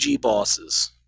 bosses